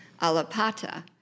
Alapata